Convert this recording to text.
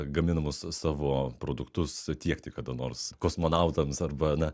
gaminamus savo produktus tiekti kada nors kosmonautams arba na